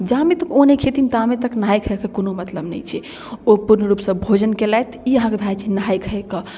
जामे तक ओ नहि खएथिन तामे तक नहाइ खाइके कोनो मतलब नहि छै ओ पूर्ण रूपसँ भोजन केलथि ई अहाँके भऽ जाइ छै नहाइ खाइके